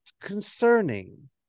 concerning